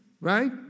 right